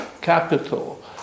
capital